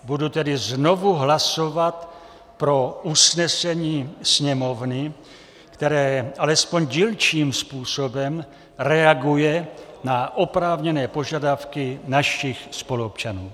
Budu tedy znovu hlasovat pro usnesení Sněmovny, které alespoň dílčím způsobem reaguje na oprávněné požadavky našich spoluobčanů.